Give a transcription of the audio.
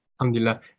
alhamdulillah